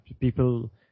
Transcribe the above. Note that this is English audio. People